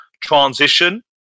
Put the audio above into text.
transition